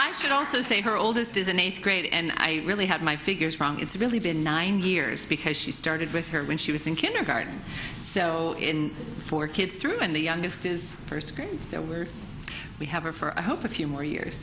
could also say her oldest is an eighth grade and i really had my figures wrong it's really been nine years because she started with her when she was in kindergarten so in four kids through and the youngest is first grade where we have her for i hope a few more years